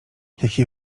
jaki